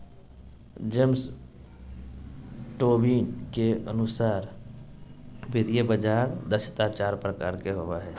James Tobin के अनुसार वित्तीय बाजार दक्षता चार प्रकार के होवो हय